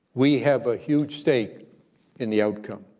we have a huge stake in the outcome.